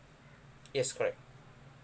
yes correct